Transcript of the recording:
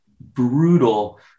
brutal